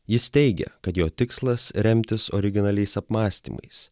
jis teigia kad jo tikslas remtis originaliais apmąstymais